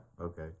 Okay